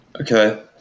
Okay